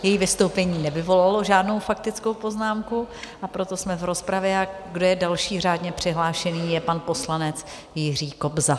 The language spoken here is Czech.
Její vystoupení nevyvolalo žádnou faktickou poznámku, a proto jsme v rozpravě a další řádně přihlášený je pan poslanec Jiří Kobza.